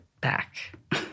back